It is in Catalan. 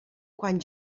quan